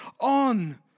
on